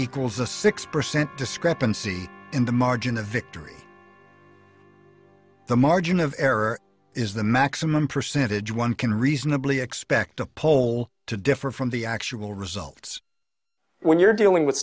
equals a six percent discrepancy in the margin of victory the margin of error is the maximum percentage one can reasonably expect a poll to differ from the actual results when you're dealing with